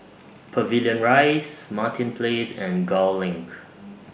Pavilion Rise Martin Place and Gul LINK